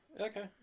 Okay